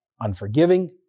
unforgiving